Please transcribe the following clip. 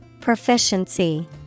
Proficiency